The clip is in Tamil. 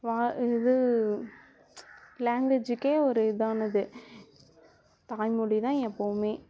வா இது லாங்வேஜிக்கே ஒரு இதானது தாய்மொழிதான் எப்பவுமே